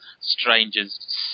stranger's